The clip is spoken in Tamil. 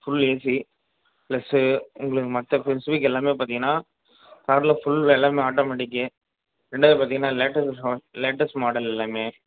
ஃபுல் ஏசி ப்ளஸ்ஸு உங்களுக்கு மற்ற ஸ்பெசிஃபிக் எல்லாம் பார்த்திங்கன்னா காரில் ஃபுல் ஆட்டோமேட்டிக்கு ரெண்டாவது பார்த்திங்கன்னா லேட்டஸ்ட் லேட்டஸ்ட் மாடல் எல்லாம்